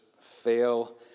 fail